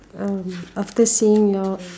um after seeing your